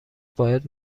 باید